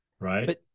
right